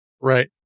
Right